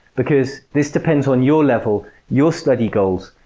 because this depends on your level, your study goals,